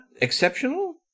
exceptional